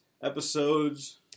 Episodes